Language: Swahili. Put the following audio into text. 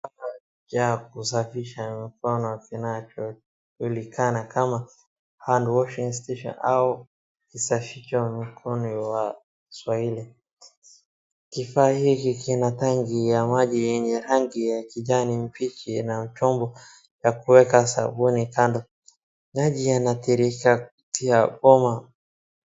Chombo cha kusafisha mikono kinachojulikana kama hand washing station au kisafisho mikono kwa kiswahili , kifaa hiki kina tenki ya maji yenye rangi ya kijani mbichi, inaochongwa na kuwekwa sabuni kando , maji yanatiririka kupitia bombwe .